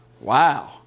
Wow